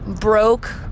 broke